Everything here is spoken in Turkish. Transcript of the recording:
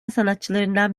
sanatçılarından